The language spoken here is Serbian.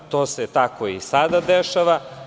To se tako i sada dešava.